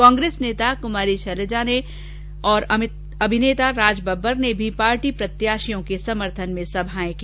कांग्रेस नेता कृमारी शैलेजा और अभिनेता राज बब्बर ने भी पार्टी प्रत्याशियों के समर्थन में सभाएं की